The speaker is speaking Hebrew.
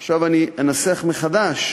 עכשיו אני אנסח מחדש